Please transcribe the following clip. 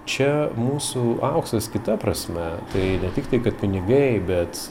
čia mūsų auksas kita prasme tai ne tik tai kad pinigai bet